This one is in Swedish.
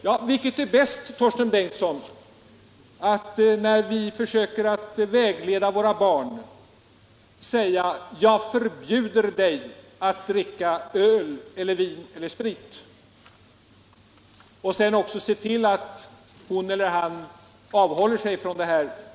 Men vilket är bäst, Torsten Bengtson: Skall vi, när vi försöker vägleda våra barn, säga ”jag förbjuder dig att dricka öl, vin eller sprit” och med allehanda hjälpmedel se till att hon eller han avhåller sig från detta?